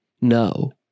No